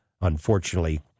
unfortunately